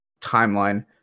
timeline